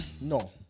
No